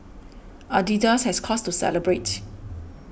Adidas has cause to celebrate